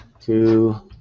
two